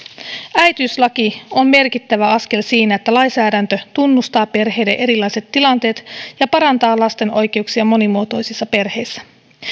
äitiyslaki on merkittävä askel siinä että lainsäädäntö tunnustaa perheiden erilaiset tilanteet ja parantaa lasten oikeuksia monimuotoisissa perheissä